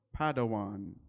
Padawan